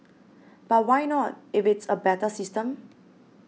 but why not if it's a better system